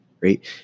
Right